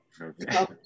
Okay